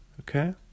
Okay